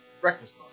Breakfast